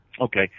Okay